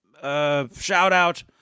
shout-out